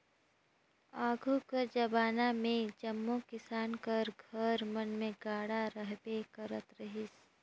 आघु कर जबाना मे जम्मो किसान कर घर मन मे गाड़ा रहबे करत रहिस